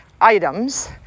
items